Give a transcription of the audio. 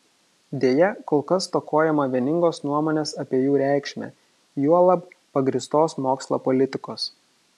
deja kol kas stokojama vieningos nuomonės apie jų reikšmę juolab pagrįstos mokslo politikos